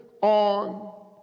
on